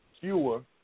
fewer